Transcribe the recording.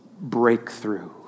Breakthrough